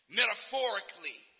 metaphorically